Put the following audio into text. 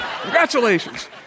congratulations